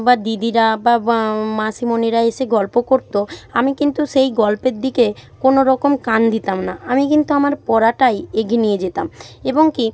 বা দিদিরা বা মাসিমণিরা এসে গল্প করত আমি কিন্তু সেই গল্পের দিকে কোনো রকম কান দিতাম না আমি কিন্তু আমার পড়াটাই এগিয়ে নিয়ে যেতাম এবং কী